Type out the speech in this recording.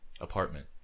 apartment